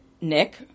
Nick